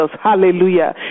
hallelujah